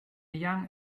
young